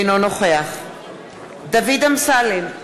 אינו נוכח דוד אמסלם,